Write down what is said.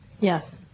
Yes